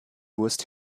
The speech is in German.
wurst